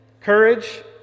Courage